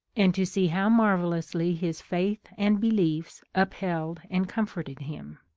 and to see how mar vellously his faith and beliefs upheld and comforted him.